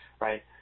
right